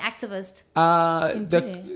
activist